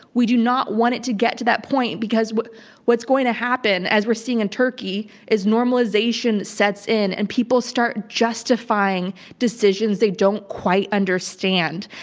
we do not want it to get to that point because what's going to happen as we're seeing in turkey is normalization sets in and people start justifying decisions they don't quite understand.